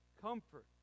comfort